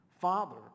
Father